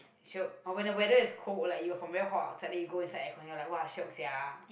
shiok or when the weather is cold or like you from very hot outside then you go inside aircon then you like [wah] shiok sia